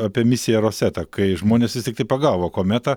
apie misiją roseta kai žmonės vis tiktai pagavo kometą